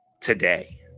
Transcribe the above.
today